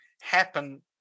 happen